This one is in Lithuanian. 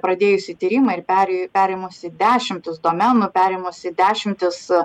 pradėjusi tyrimą ir perė perėmusi dešimtis domenų perėmusi dešimtis